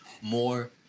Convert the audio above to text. more